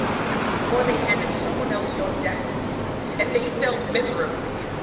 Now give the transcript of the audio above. since before they handed someone else your destiny and they failed miserably.